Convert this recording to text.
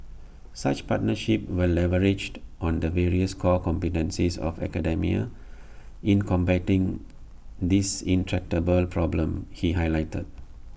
such partnerships will leverage on the various core competencies of academia in combating this intractable problem he highlighted